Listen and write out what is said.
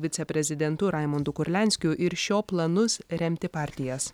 viceprezidentu raimundu kurlianskiu ir šio planus remti partijas